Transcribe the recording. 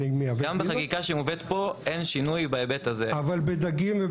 ואני מייבא גבינות --- גם בחקיקה שמובאת פה אין שינוי בהיבט הזה.